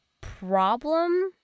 problem